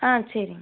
ஆ சரிங்க